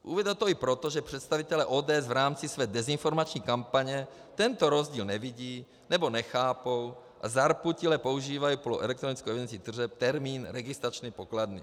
Uvedu to i proto, že představitelé ODS v rámci své dezinformační kampaně tento rozdíl nevidí nebo nechápou a zarputile používají pro elektronickou evidenci tržeb termín registrační pokladny.